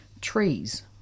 trees